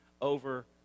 over